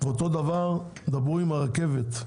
אותו דבר דברו עם הרכבת.